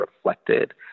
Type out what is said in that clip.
reflected